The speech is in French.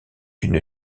une